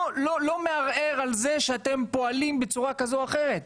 אני לא מערער על זה שאתם פועלים בצורה כזו או אחרת,